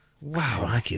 Wow